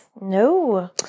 No